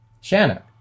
Shanna